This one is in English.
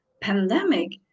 pandemic